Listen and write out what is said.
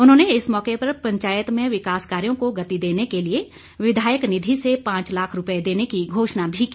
उन्होंने इस मौके पर पंचायत में विकास कार्यों को गति देने के लिए विधायक निधि से पांच लाख रूपए देने की घोषणा भी की